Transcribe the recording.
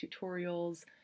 tutorials